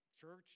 church